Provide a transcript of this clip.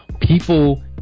people